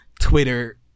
Twitter